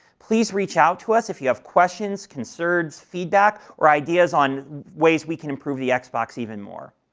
please reach out to us if you have questions, concerns, feedback, or ideas on ways we can improve the xbox even more.